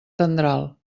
tendral